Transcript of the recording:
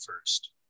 first